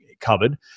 covered